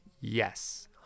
Yes